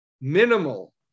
minimal